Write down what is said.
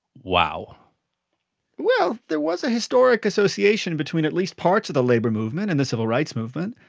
wow well, there was a historic association between at least parts of the labor movement and the civil rights movement.